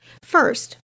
First